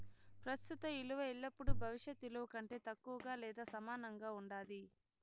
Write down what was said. ప్రస్తుత ఇలువ ఎల్లపుడూ భవిష్యత్ ఇలువ కంటే తక్కువగా లేదా సమానంగా ఉండాది